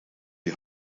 die